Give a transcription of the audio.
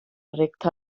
recta